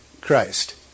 Christ